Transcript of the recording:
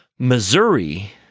Missouri